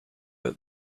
that